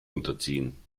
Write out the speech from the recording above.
unterziehen